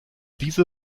diese